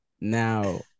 Now